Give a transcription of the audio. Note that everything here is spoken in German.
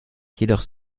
jedoch